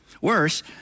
Worse